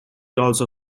also